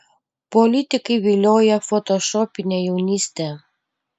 politikai vilioja fotošopine jaunyste